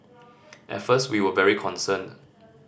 at first we were very concerned